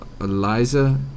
Eliza